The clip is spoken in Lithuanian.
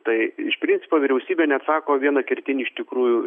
tai iš principo vyriausybė neatsako vieną kertinį iš tikrųjų